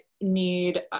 need